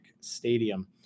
Stadium